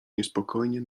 niespokojnie